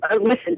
listen